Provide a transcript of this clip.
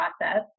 process